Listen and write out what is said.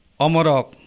Omorok